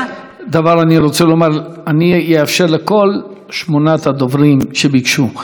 אני רק רוצה לומר: אני אאפשר לכל שמונת הדוברים שביקשו,